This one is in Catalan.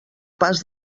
pas